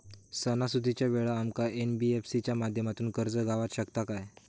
सणासुदीच्या वेळा आमका एन.बी.एफ.सी च्या माध्यमातून कर्ज गावात शकता काय?